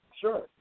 Sure